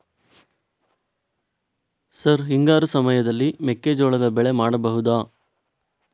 Sir ಹಿಂಗಾರು ಸಮಯದಲ್ಲಿ ಮೆಕ್ಕೆಜೋಳದ ಬೆಳೆ ಮಾಡಬಹುದಾ?